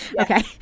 okay